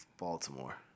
Baltimore